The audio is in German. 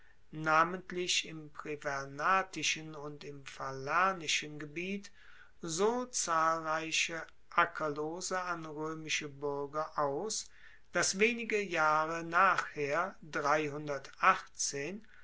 namentlich im privernatischen und im falernischen gebiet so zahlreiche ackerlose an roemische buerger aus dass wenige jahre nachher